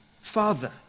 Father